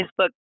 Facebook